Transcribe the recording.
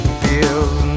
feels